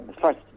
first